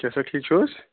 کیٛاہ سا ٹھیٖک چھُو حظ